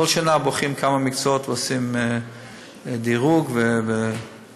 כל שנה בוחרים כמה מקצועות ועושים דירוג וסקר.